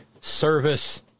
service